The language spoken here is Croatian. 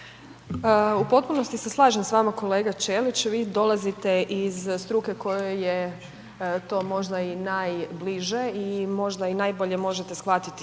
U potpunosti se slažem s vama kolega Ćelić, vi dolazite iz struke kojoj je to možda i najbliže i možda i najbolje možete shvatiti